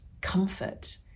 comfort